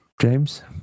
James